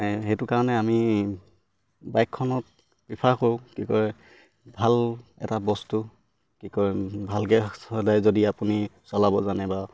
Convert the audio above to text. সেইটো কাৰণে আমি বাইকখনত প্ৰিফাৰ কৰোঁ কি কয় ভাল এটা বস্তু কি কয় ভালকে সদায় যদি আপুনি চলাব জানে বা